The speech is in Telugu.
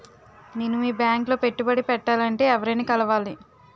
నేను మీ బ్యాంక్ లో పెట్టుబడి పెట్టాలంటే ఎవరిని కలవాలి?